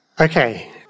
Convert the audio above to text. Okay